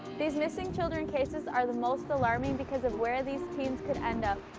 these missing children cases are the most alarming because of where these teens could end up.